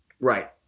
Right